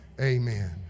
Amen